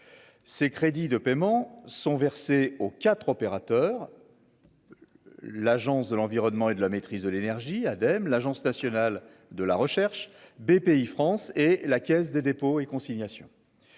ces crédits de paiements sont versés aux 4 opérateurs, l'Agence de l'environnement et de la maîtrise de l'énergie Ademe l'Agence nationale de la recherche BPIFrance et la Caisse des dépôts et consignations.